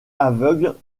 aveugle